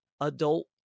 adult